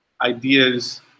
ideas